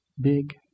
big